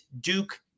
Duke